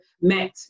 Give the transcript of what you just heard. met